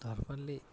धर्मले